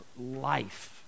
life